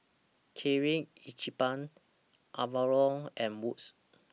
Kirin Ichiban Avalon and Wood's